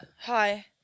Hi